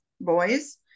boys